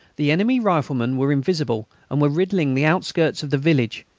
the enemy riflemen were invisible, and were riddling the outskirts of the village,